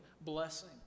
blessing